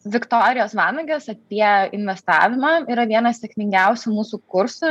viktorijos vanagės apie investavimą yra vienas sėkmingiausių mūsų kursų